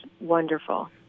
wonderful